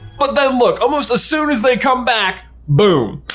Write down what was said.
but then look almost as soon as they come back, boom,